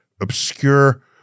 obscure